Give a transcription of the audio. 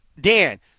Dan